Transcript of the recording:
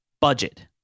Budget